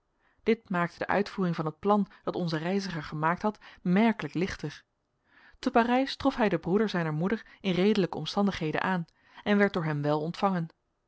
dit maakte de uitvoering van het plan dat onze reiziger gemaakt had merkelijk lichter te parijs trof hij den broeder zijner moeder in redelijke omstandigheden aan en werd door hem wèl ontvangen